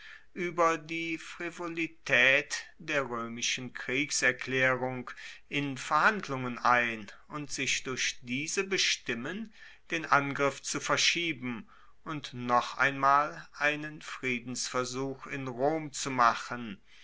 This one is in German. ueber die frivolitaet der roemischen kriegserklaerung in verhandlungen ein und sich durch diese bestimmen den angriff zu verschieben und noch einmal einen friedensversuch in rom zu machen